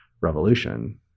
revolution